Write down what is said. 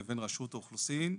לבין רשות האוכלוסין,